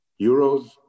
euros